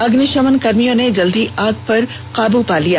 अग्निशमन कर्मियों ने जल्द ही आग पर काबू पा लिया